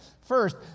First